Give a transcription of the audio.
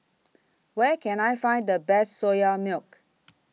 Where Can I Find The Best Soya Milk